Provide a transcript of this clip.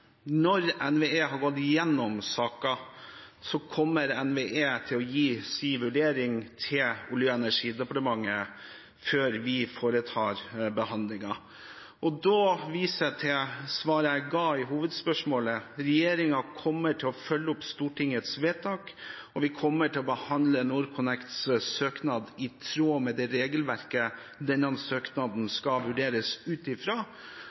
Når NVE har gått igjennom saken, kommer de til å gi sin vurdering til Olje- og energidepartementet før vi foretar behandlingen. Jeg viser til svaret jeg ga på hovedspørsmålet: Regjeringen kommer til å følge opp Stortingets vedtak, og vi kommer til å behandle NorthConnects søknad i tråd med det regelverket denne søknaden skal vurderes ut